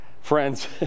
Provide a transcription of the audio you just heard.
Friends